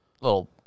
little